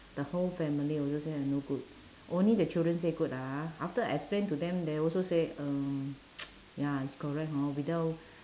the whole family also say no good only the children say good ah after explain to them they also say um ya is correct hor without